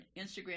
Instagram